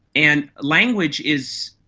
and language is,